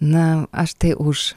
na aš tai už